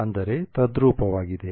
ಅಂದರೆ ತದ್ರೂಪವಾಗಿದೆ